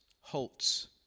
halts